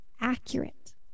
accurate